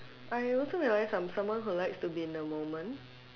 I also realise I'm someone who likes to be in a moment